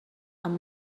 amb